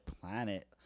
planet